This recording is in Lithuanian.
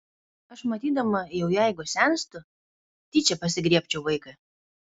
aš matydama jau jeigu senstu tyčia pasigriebčiau vaiką